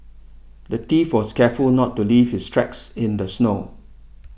the thief was careful not to leave his tracks in the snow